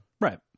Right